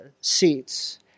seats